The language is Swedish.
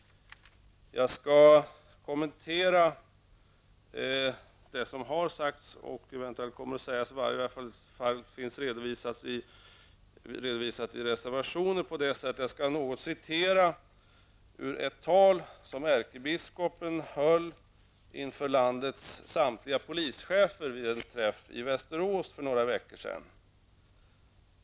Jag skall kommentera det som har sagts och det som har redovisats i reservationen. Jag avser att citera ur ett tal som ärkebiskopen höll inför landets samtliga polischefer vid en träff i Västerås för några veckor sedan.